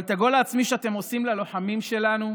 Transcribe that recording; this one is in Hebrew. אבל הגול העצמי שאתם עושים ללוחמים שלנו,